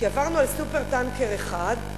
כי עברנו על "סופר-טנקר" אחד,